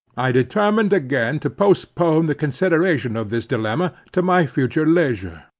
i determined again to postpone the consideration of this dilemma to my future leisure.